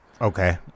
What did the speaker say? Okay